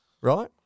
right